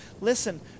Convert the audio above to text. listen